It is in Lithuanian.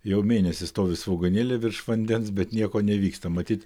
jau mėnesį stovi svogūnėliai virš vandens bet nieko nevyksta matyt